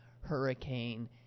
hurricane